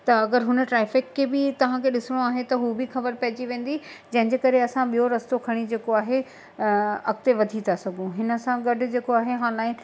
त अगरि हुन ट्रैफ़िक खे बि तव्हांखे ॾिसिणो आहे त हू बि ख़बरु पहिजी वेंदी जंहिंजे करे असां ॿियो रस्तो खणी जेको आहे अॻिते वधी था सघूं हिन सां गॾु जेको आहे ऑनलाइन